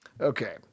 Okay